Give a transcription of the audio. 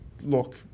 Look